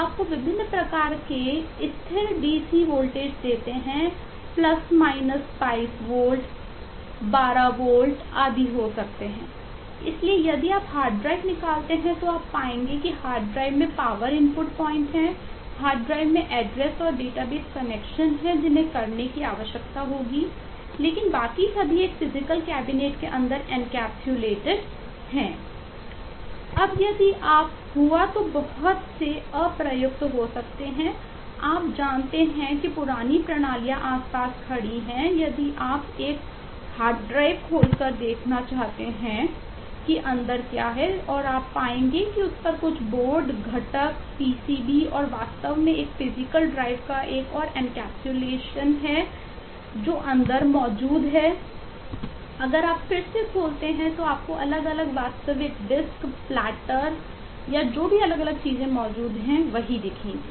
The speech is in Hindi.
अब यदि आप हुआ तो बहुत से अप्रयुक्त हो सकते हैं आप जानते हैं कि पुरानी प्रणालियाँ आस पास पड़ी हैं यदि आप एक हार्ड ड्राइव या जो भी अलग अलग चीजें मौजूद हैं वह मिलती है